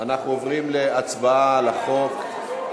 אנחנו עוברים להצבעה על החוק.